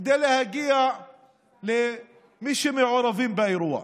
כדי להגיע למי שמעורבים באירוע.